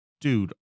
dude